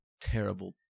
Terrible